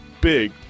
big